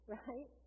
right